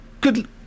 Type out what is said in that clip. Good